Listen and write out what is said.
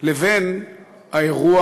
לבין האירוע